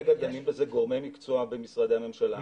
כרגע דנים בזה גורמי מקצוע במשרדי הממשלה.